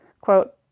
Quote